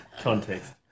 Context